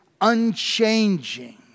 unchanging